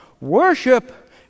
worship